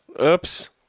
Oops